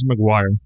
McGuire